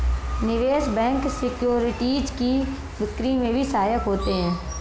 निवेश bank securities की बिक्री में भी सहायक होते हैं